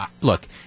look